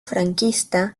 franquista